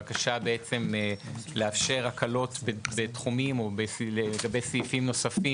בבקשה לאפשר הקלות בתחומים או לגבי סעיפים נוספים,